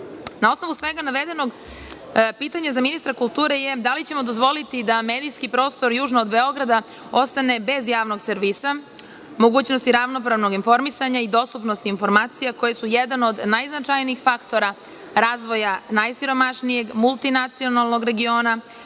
Na osnovu svega navedenog pitanje za ministra kulture je da li ćemo dozvoliti da medijski prostor južno od Beograda ostane bez javnog servisa, mogućnosti ravnopravnog informisanja i dostupnosti informacija koje su jedan od najznačajnijih faktora razvoja najsiromašnijeg, multinacionalnog regiona,